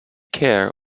care